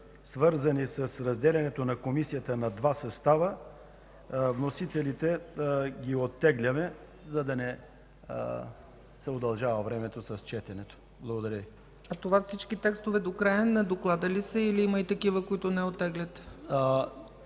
свързани с разделянето на Комисията на два състава като вносители ги оттегляме, за да не се удължава времето с четенето им. Благодаря. ПРЕДСЕДАТЕЛ ЦЕЦКА ЦАЧЕВА: Това всички текстове до края на доклада ли са или има и такива, които не оттегляте?